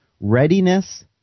readiness